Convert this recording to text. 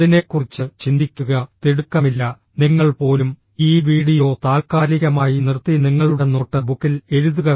അതിനെക്കുറിച്ച് ചിന്തിക്കുക തിടുക്കമില്ല നിങ്ങൾ പോലും ഈ വീഡിയോ താൽക്കാലികമായി നിർത്തി നിങ്ങളുടെ നോട്ട് ബുക്കിൽ എഴുതുക